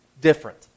different